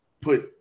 put